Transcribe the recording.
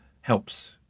helps